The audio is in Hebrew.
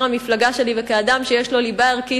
המפלגה שלי וכאדם שיש לו ליבה ערכית,